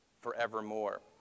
forevermore